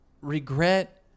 regret